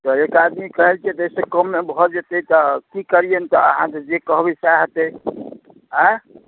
तऽ एक आदमी कहै छथि एहि सऽ कममे भऽ जेतै तऽ की करिए तऽ अहाँ तऽ जे कहबै सएह हेतै आँय